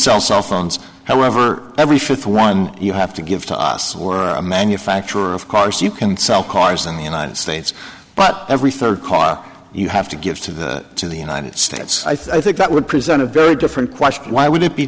sell cell phones however every fourth one you have to give to us or a manufacturer of cars you can sell cars in the united states but every third car you have to give to in the united states i think that would present a very different question why would it be